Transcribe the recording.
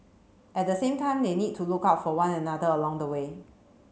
at the same time they need to look out for one another along the way